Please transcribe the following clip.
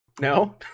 no